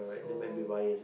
so